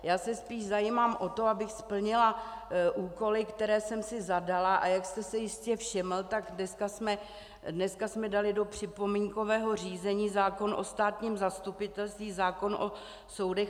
Já se spíš zajímám o to, abych splnila úkoly, které jsem si zadala, a jak jste si jistě všiml, tak dneska jsme dneska dali do připomínkového řízení zákon o státním zastupitelství, zákon o soudech a soudcích.